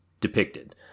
depicted